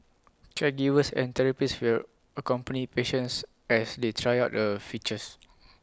caregivers and therapists will accompany patients as they try out the features